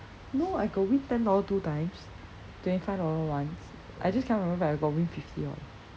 no I got win ten dollar two times twenty five dollar once I just cannot remember if I got win fifty dollar